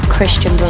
Christian